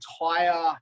entire